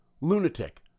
lunatic